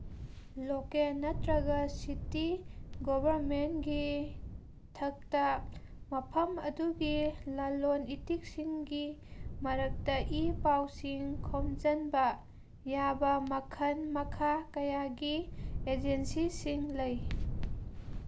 local ꯅꯠꯇ꯭ꯔꯒ city ꯒꯣꯕꯔꯃꯦꯟꯒꯤ ꯊꯛꯇ ꯃꯐꯝ ꯑꯗꯨꯒꯤ ꯂꯂꯣꯟ ꯏꯇꯤꯛꯁꯤꯡꯒꯤ ꯃꯔꯛꯇ ꯏ ꯄꯥꯎꯁꯤꯡ ꯈꯣꯝꯖꯤꯟꯕ ꯌꯥꯕ ꯃꯈꯟ ꯃꯈꯥ ꯀꯌꯥꯒꯤ ꯑꯦꯖꯦꯟꯁꯤꯁꯤꯡ ꯂꯩ